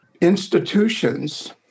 institutions